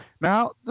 Now